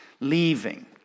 leaving